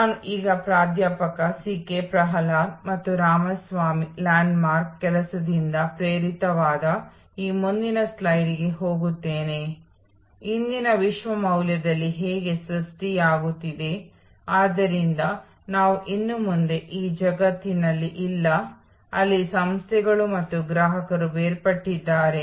ಮತ್ತು ಈ ಪ್ರತಿಯೊಂದು ಬ್ಲಾಕ್ಗಳ ನಡುವಿನ ಪರಸ್ಪರ ಕ್ರಿಯೆಗಳ ಮೂಲಕ ಈ ಬ್ಲಾಕ್ಗಳ ನಡುವಿನ ಸಂವಹನಗಳ ಮೂಲಕ ಮತ್ತು ಈ ಬ್ಲಾಕ್ಗಳ ನಡುವಿನ ಹಂತಗಳ ಮೂಲಕ ಸಂಪರ್ಕ ಏರ್ಪಡುತ್ತದೆ